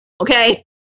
Okay